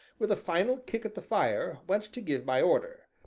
with a final kick at the fire, went to give my order.